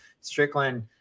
Strickland